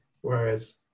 Whereas